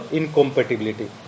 incompatibility